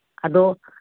ꯑꯗꯣ